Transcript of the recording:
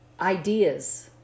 Ideas